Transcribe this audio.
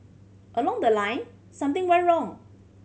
along the line something went wrong